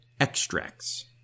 Extracts